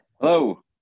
Hello